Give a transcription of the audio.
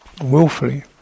willfully